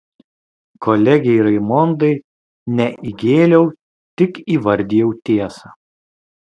kolegei raimondai ne įgėliau tik įvardijau tiesą